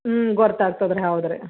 ಹ್ಞೂ ಗೊತ್ತಾಗ್ತದ್ರಿ ಹೌದು ರೀ